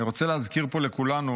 אני רוצה להזכיר פה לכולנו,